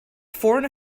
foreign